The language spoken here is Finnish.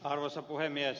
arvoisa puhemies